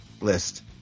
list